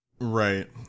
Right